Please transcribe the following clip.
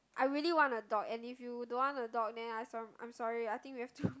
I really want a dog and if you don't want a dog then I'm so~ I'm sorry I think we have to